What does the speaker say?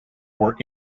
were